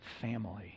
family